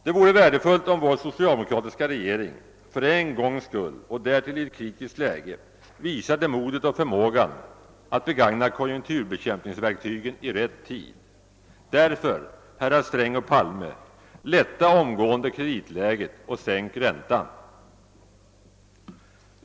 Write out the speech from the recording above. Det vore värdefullt om vår socialdemokratiska regering för en gångs skull och därtill i ett kritiskt läge visade modet och förmågan att begagna konjunkturbekämpningsverktygen i rätt tid. Därför, herrar Sträng och Palme, lätta omgående kreditläget och sänk räntan!